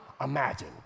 imagine